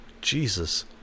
Jesus